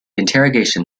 interrogation